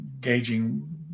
gauging